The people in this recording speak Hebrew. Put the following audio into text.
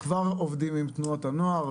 אחר כבר עובדים עם תנועות הנוער,